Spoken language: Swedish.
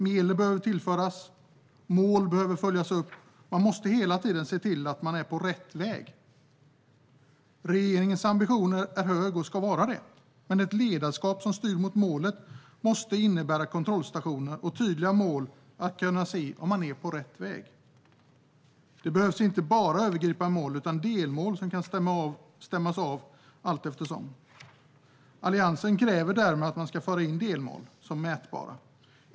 Medel behöver tillföras, mål behöver följas upp, och man måste hela tiden se till att man är på rätt väg. Regeringens ambition är hög och ska vara det, men ett ledarskap som styr mot målet måste innefatta kontrollstationer och tydliga mål så att man ser om man är på rätt väg. Det behövs inte bara övergripande mål utan även delmål som kan stämmas av allteftersom. Alliansen kräver därför att man ska föra in delmål, som är mätbara.